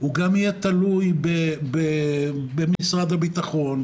הוא גם יהיה תלוי במשרד הביטחון,